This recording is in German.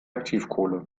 aktivkohle